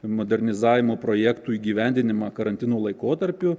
modernizavimo projektų įgyvendinimą karantino laikotarpiu